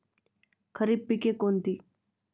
खरीप पिके कोणती?